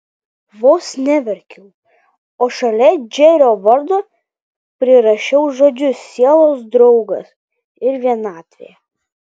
vos neverkiau o šalia džerio vardo prirašiau žodžius sielos draugas ir vienatvė